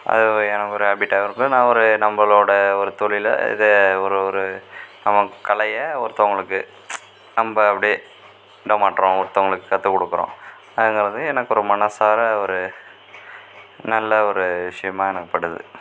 அது ஒரு என் ஒரு ஹேபிட்டாகவும் இருக்கும் நான் ஒரு நம்மளோட ஒரு தொழிலை இதை ஒரு ஒரு நம்ம கலையை ஒருத்தங்களுக்கு நம்ம அப்படியே இட மாற்றம் ஒருத்தங்களுக் கற்றுக் கொடுக்கறோன்கிறது எனக்கு ஒரு மனதார ஒரு நல்ல ஒரு விஷயமா எனக்கு படுது